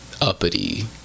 uppity